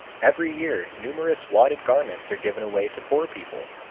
every year numerous wadded garments are given away to poor people.